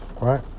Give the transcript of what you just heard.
Right